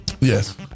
yes